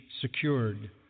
secured